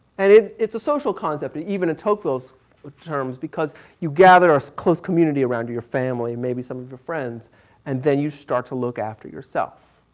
and it is a social concept, even in tocqueville's ah terms, because you gather a close community around you, your family maybe some of your friends and then you start to look after yourself.